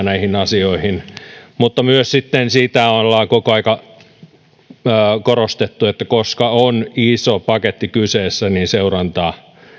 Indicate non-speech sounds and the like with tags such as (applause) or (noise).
(unintelligible) näihin asioihin mutta myös sitä ollaan koko ajan korostettu että koska on iso paketti kyseessä niin seurantaa